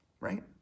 right